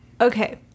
Okay